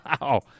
Wow